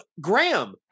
graham